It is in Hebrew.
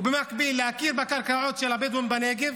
ובמקביל להכיר בקרקעות של הבדואים בנגב,